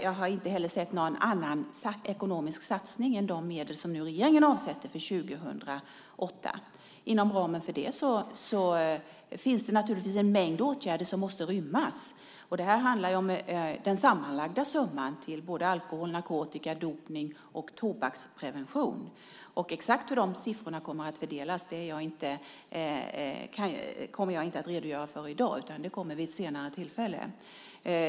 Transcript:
Jag har inte heller sett någon annan ekonomisk satsning än de medel som nu regeringen avsätter för 2008. Inom ramen för det måste naturligtvis en mängd åtgärder rymmas. Det handlar om den sammanlagda summan till både alkohol-, narkotika-, dopning och tobaksprevention. Exakt hur de siffrorna kommer att fördelas redogör jag inte för i dag, utan det kommer vid ett senare tillfälle.